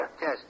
Yes